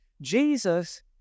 Jesus